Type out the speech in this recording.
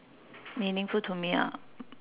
meaningful to me ah